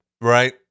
Right